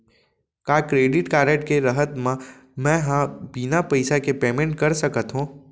का credit card के रहत म, मैं ह बिना पइसा के पेमेंट कर सकत हो?